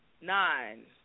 Nine